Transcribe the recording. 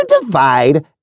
divide